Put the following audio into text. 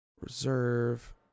reserve